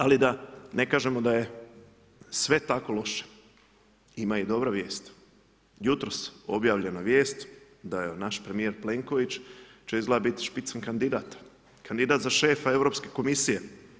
Ali da ne kažemo da je sve tako loše, ima i dobra vijest, jutros obavljena vijest, da je naš premjer Plenković, će izgleda biti šipca kandidat, kandidat za šefa Europske komisije.